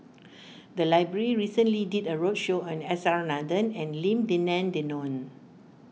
the library recently did a roadshow on S R Nathan and Lim Denan Denon